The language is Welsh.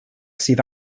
sydd